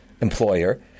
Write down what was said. employer